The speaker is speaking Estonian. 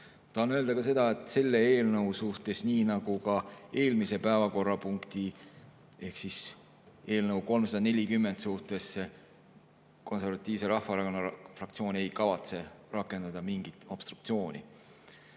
Tahan öelda ka seda, et selle eelnõu suhtes, nii nagu ka eelmise päevakorrapunkti ehk eelnõu 340 suhtes, ei kavatse Konservatiivse Rahvaerakonna fraktsioon rakendada mingit obstruktsiooni.